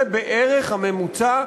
זה בערך הממוצע,